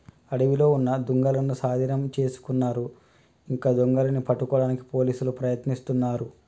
అడవిలో ఉన్న దుంగలనూ సాధీనం చేసుకున్నారు ఇంకా దొంగలని పట్టుకోడానికి పోలీసులు ప్రయత్నిస్తున్నారు